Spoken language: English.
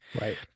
Right